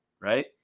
Right